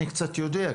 אני קצת יודע,